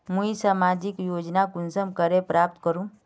मुई सामाजिक योजना कुंसम करे प्राप्त करूम?